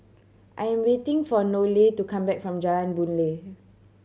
I'm waiting for Nohely to come back from Jalan Boon Lay